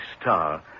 star